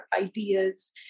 ideas